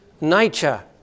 nature